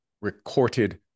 recorded